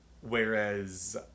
Whereas